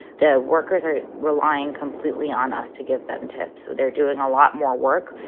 the workers are relying completely on us to give them tips. so they're doing a lot more work,